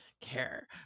care